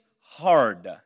hard